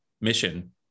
mission